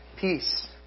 peace